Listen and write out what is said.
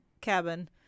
cabin